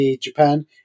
Japan